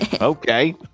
Okay